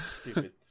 Stupid